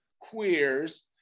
queers